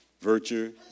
virtue